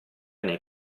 nei